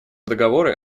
договоры